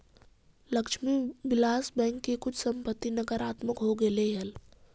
Lakshmi Vilas bank की कुल संपत्ति नकारात्मक हो गेलइ हल